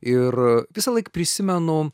ir visąlaik prisimenu